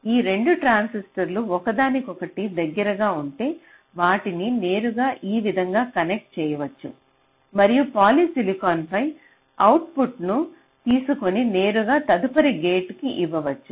ఈ 2 ట్రాన్సిస్టర్లు ఒకదానికొకటి దగ్గరగా ఉంటే వాటిని నేరుగా ఈ విధంగా కనెక్ట్ చేయవచ్చు మరియు పాలిసిలికాన్పై అవుట్పుట్ను తీసుకొని నేరుగా తదుపరి గేట్కు ఇవ్వవచ్చు